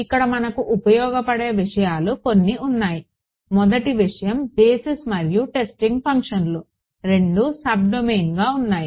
ఇక్కడ మనకు ఉపయోగపడే విషయాలు కొన్ని ఉన్నాయి మొదటి విషయం బేసిస్ మరియు టెస్టింగ్ ఫంక్షన్లు రెండూ సబ్ డొమైన్గా ఉన్నాయి